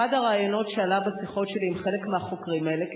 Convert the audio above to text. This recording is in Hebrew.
אחד הרעיונות שעלה בשיחות שלי עם חלק מהחוקרים האלה,